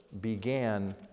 began